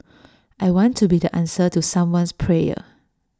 I want to be the answer to someone's prayer